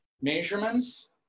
measurements